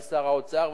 לשר האוצר,